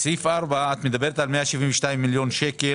בסעיף 4 את מדברת על 172 מיליון שקל,